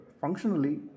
functionally